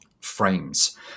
frames